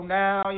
now